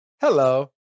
hello